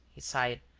he sighed,